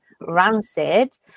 rancid